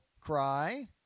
cry